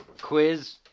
quiz